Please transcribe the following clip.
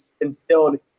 instilled